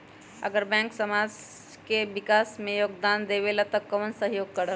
अगर बैंक समाज के विकास मे योगदान देबले त कबन सहयोग करल?